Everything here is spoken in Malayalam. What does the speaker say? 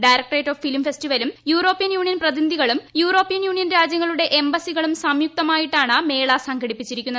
ഡയറക്ട്രേറ്റ് ഓഫ് ഫിലിം ഫെസ്റ്റിവെലും യൂറോപ്യൻ യൂണിയൻ പ്രതിനിധികളും യൂറോപ്യൻ യൂണിയൻ രാജ്യങ്ങളും എംബസികളും സംയുക്തമായിട്ടാണ് മേള സംഘടിപ്പിച്ചിരിക്കുന്നത്